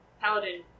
paladin